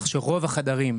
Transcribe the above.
כך שרוב החדרים,